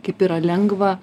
kaip yra lengva